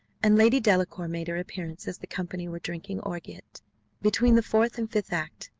and lady delacour made her appearance as the company were drinking orgeat, between the fourth and fifth act.